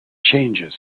changes